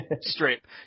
strip